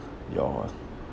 your